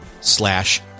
slash